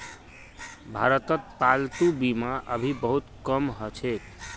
भारतत पालतू बीमा अभी बहुत कम ह छेक